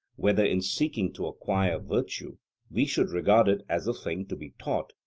whether in seeking to acquire virtue we should regard it as a thing to be taught,